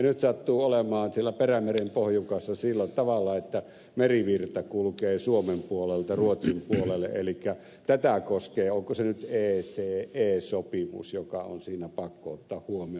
nyt sattuu olemaan siellä perämeren pohjukassa sillä tavalla että merivirta kulkee suomen puolelta ruotsin puolelle elikkä tätä koskee onko se nyt ece sopimus joka on siinä pakko ottaa huomioon